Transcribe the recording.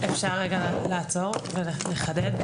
אפשר רגע לעצור ולחדד?